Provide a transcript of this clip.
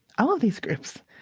all of these groups,